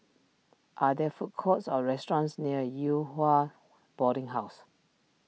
are there food courts or restaurants near Yew Hua Boarding House